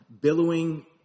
billowing